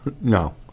No